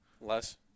Less